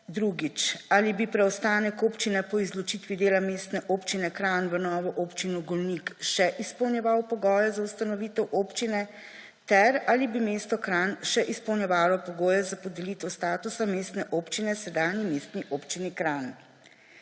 drugič, ali bi preostanek občine po izločitvi dela Mestne občine Kranj v novo Občino Golnik še izpolnjeval pogoje za ustanovitev občine ter ali bi mesto Kranj še izpolnjevalo pogoje za podelitev statusa mestne občine sedanji Mestni občini Kranj.